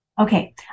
Okay